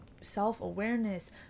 self-awareness